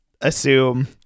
assume